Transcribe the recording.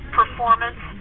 performance